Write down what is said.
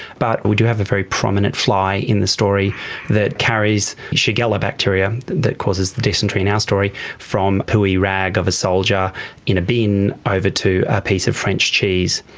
but we do have a very prominent fly in the story that carries shigella bacteria that causes the dysentery in our story from a pooey rag of a soldier in a bin over to a piece of french cheese,